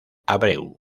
abreu